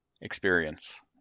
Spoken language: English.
experience